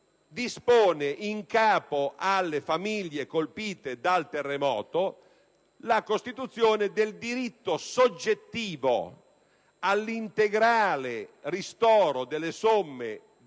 dispone, in capo alle famiglie colpite dal terremoto, la costituzione del diritto soggettivo all'integrale ristoro delle somme spese